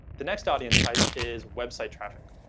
the next audience type is website traffic.